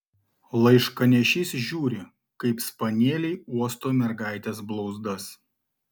laiškanešys žiūri kaip spanieliai uosto mergaitės blauzdas